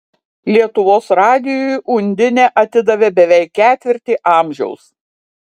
lietuvos radijui undinė atidavė beveik ketvirtį amžiaus